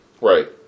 Right